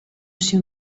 się